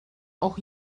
ojo